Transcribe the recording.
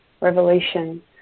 revelation